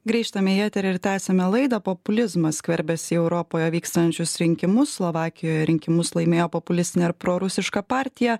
grįžtame į eterį ir tęsiame laidą populizmas skverbiasi į europoje vykstančius rinkimus slovakijoje rinkimus laimėjo populistinė ir prorusiška partija